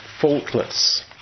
faultless